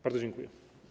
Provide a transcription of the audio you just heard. Bardzo dziękuję.